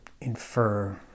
infer